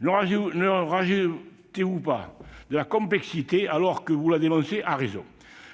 N'ajoutez-vous pas de la complexité, alors que vous la dénoncez à raison ?